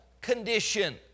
condition